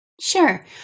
Sure